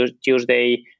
Tuesday